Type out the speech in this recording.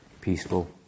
peaceful